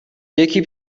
یکی